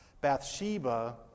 Bathsheba